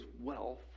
wealth